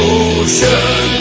ocean